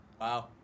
wow